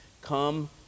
come